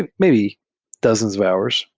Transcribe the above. and maybe dozens of hours,